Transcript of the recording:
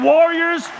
Warriors